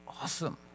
Awesome